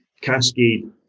cascade